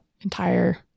entire